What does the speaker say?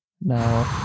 no